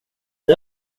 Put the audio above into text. det